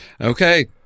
Okay